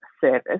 service